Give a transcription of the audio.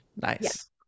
Nice